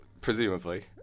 Presumably